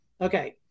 Okay